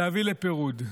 להביא לפירוד.